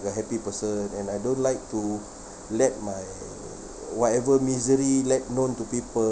a happy person and I don't like to let my whatever misery let known to people